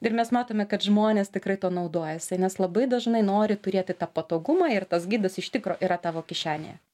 ir mes matome kad žmonės tikrai tuo naudojasi nes labai dažnai nori turėti tą patogumą ir tas gidas iš tikro yra tavo kišenėje